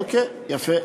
אוקיי, יפה.